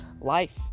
life